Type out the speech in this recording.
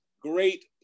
great